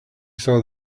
saw